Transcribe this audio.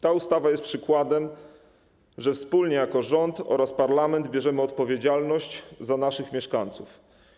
Ta ustawa jest przykładem, że wspólnie jako rząd oraz parlament bierzemy odpowiedzialność za naszych mieszkańców.